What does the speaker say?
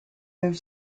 moved